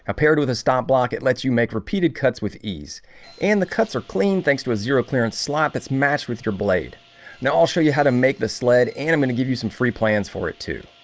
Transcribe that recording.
ah paired with a stop block it lets you make repeated cuts with ease and the cuts are clean. thanks to a zero clearance. slop that's matched with your blade now i'll show you how to make the sled and i'm gonna give you some free plans for it, too